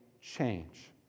change